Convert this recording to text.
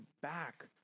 back